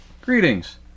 greetings